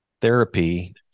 therapy